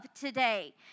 today